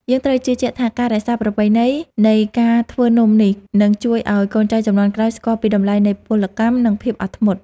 យើងត្រូវជឿជាក់ថាការរក្សាប្រពៃណីនៃការធ្វើនំនេះនឹងជួយឱ្យកូនចៅជំនាន់ក្រោយស្គាល់ពីតម្លៃនៃពលកម្ម និង ភាពអត់ធ្មត់។